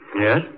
Yes